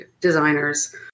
designers